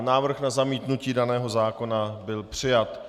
Návrh na zamítnutí daného zákona byl přijat.